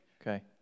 Okay